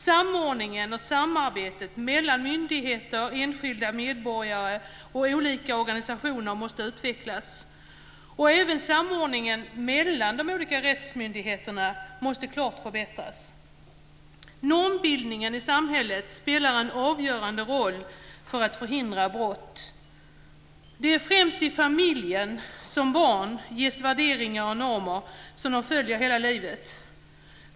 Samordningen och samarbetet mellan myndigheter, enskilda medborgare och olika organisationer måste utvecklas. Även samordningen mellan de olika rättsmyndigheterna måste klart förbättras. Normbildningen i samhället spelar en avgörande roll för att förhindra brott. Det är främst i familjen som barn ges värderingar och normer som de följer hela livet.